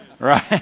Right